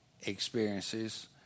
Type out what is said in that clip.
experiences